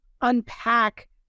unpack